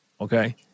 okay